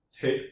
take